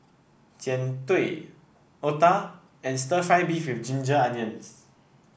Jian Dui otah and stir fry beef with Ginger Onions